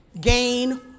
gain